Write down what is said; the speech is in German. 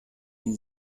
die